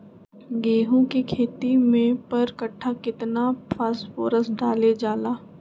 गेंहू के खेती में पर कट्ठा केतना फास्फोरस डाले जाला?